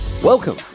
Welcome